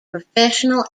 professional